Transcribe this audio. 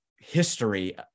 history